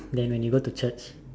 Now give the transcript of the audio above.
then when you go to Church